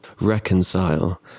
Reconcile